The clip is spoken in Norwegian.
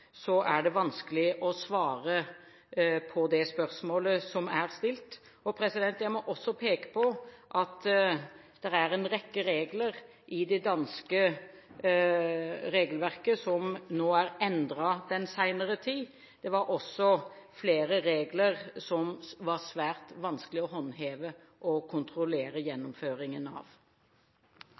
Så lenge forslagsstillerne ikke selv har vært konkrete på hvilke unntak man tenker seg fra hovedreglene som er foreslått, og det finnes en rekke unntak i det danske regelverket, er det vanskelig å svare på det spørsmålet som er stilt. Jeg må også peke på at det er en rekke regler i det danske regelverket som nå er endret den senere tid.